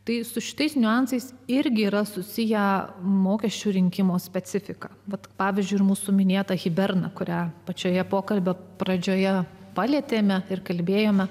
tai su šitais niuansais irgi yra susiję mokesčių rinkimo specifika bet pavyzdžiui ir mūsų minėta hiberna kurią pačioje pokalbio pradžioje palietėme ir kalbėjome